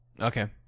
Okay